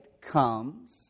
comes